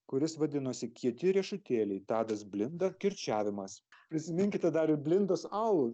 kuris vadinosi kieti riešutėliai tadas blinda kirčiavimas prisiminkite dar ir blindos alų